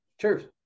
Cheers